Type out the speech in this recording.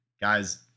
Guys